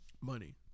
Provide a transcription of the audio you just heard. money